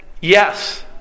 yes